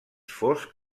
fosc